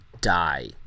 die